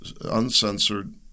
uncensored